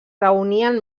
reunien